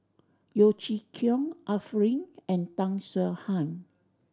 Yeo Chee Kiong Arifin and Tan Swie Hian